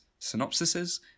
synopsises